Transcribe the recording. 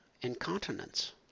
incontinence